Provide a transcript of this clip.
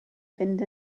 fynd